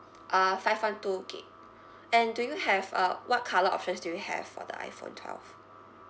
uh five one two gig and do you have uh what colour options do you have for the iphone twelve